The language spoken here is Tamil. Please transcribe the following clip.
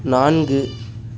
நான்கு